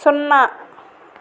సున్నా